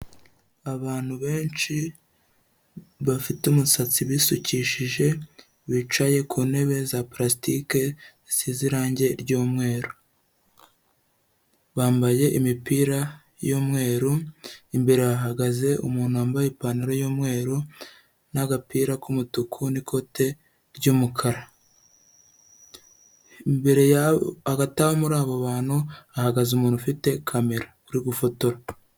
Abantu benshi bafite umusatsi bisukishije bicaye ku ntebe za prastike zisize irangi ry'umweru, bambaye imipira y'umweru imbere hahagaze umuntu wambaye ipantaro y'umweru n'agapira k'umutuku n'ikote ry'umukara, ahagati muri abo bantu hahagaze umuntu ufite kamera uri gufotora.